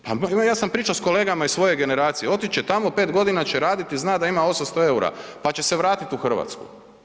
Pa ja sam pričao s kolegama iz svoje generacije, otić će tamo, 5 g. će raditi, zna da ima 800 eura pa će se vratiti u Hrvatsku.